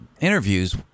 interviews